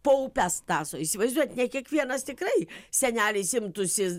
po upes tąso įsivaizduojat ne kiekvienas tikrai senelis imtųsi